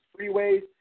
freeways